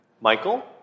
Michael